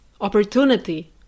opportunity